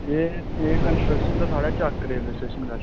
एह् एह् कंस्ट्रक्शन दा साढ़ा चक्क रेलवे स्टेशन कश